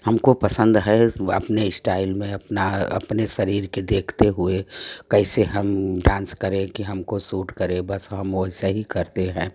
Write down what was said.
हमको पसंद है अपने इश्टाइल में अपना अपने शरीर के देखते हुए कैसे हम डांस करें कि हमको सूट करे बस हम वैसा ही करते हैं